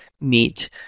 meet